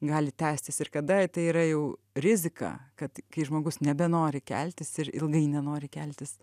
gali tęstis ir kada tai yra jau rizika kad kai žmogus nebenori keltis ir ilgai nenori keltis